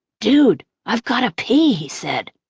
dude, i've got to pee, he said.